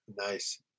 Nice